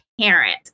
parent